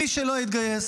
מי שלא התגייס,